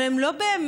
אבל הן לא באמת,